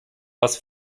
was